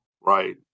right